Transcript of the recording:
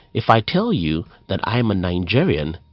if i tell you that i'm a nigerian,